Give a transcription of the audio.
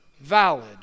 valid